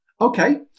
Okay